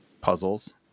puzzles